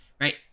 Right